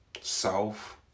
South